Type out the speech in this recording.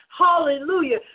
Hallelujah